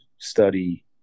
study